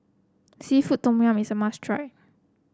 seafood Tom Yum is a must try